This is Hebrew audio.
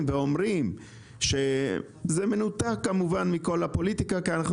ואומרים פה בוועדה --- זה מנותק,